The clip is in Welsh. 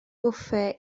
bwffe